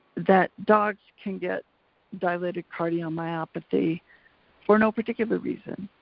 that dogs can get dilated cardiomyopathy for no particular reason,